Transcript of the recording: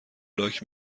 لاک